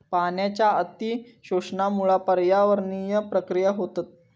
पाण्याच्या अती शोषणामुळा पर्यावरणीय प्रक्रिया होतत